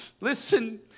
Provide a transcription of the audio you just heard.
listen